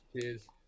Cheers